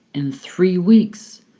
in three weeks,